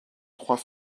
trois